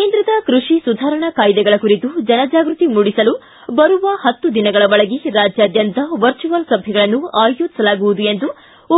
ಕೇಂದ್ರದ ಕೃಷಿ ಸುಧಾರಣಾ ಕಾಯ್ದೆಗಳ ಕುರಿತು ಜನಜಾಗೃತಿ ಮೂಡಿಸಲು ಬರುವ ಹತ್ತು ದಿನದೊಳಗೆ ರಾಜ್ಯಾದ್ಯಂತ ವರ್ಚುವಲ್ ಸಭೆಗಳನ್ನು ಆಯೋಜಿಸಲಾಗುವುದು ಎಂದು